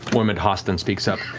oremid hass then speaks up.